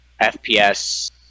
FPS